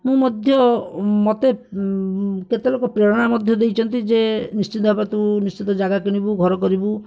ମୁଁ ମଧ୍ୟ ମୋତେ କେତେ ଲୋକ ପ୍ରେରଣା ମଧ୍ୟ ଦେଇଛନ୍ତି ଯେ ନିଶ୍ଚିନ୍ତ ଭାବେ ତୁ ନିଶ୍ଚିନ୍ତ ଜାଗା କିଣିବୁ ଘର କରିବୁ